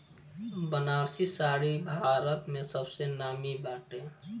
बनारसी साड़ी भारत में सबसे नामी बाटे